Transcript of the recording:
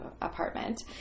apartment